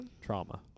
Trauma